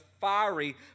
fiery